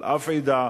על אף עדה,